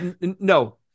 No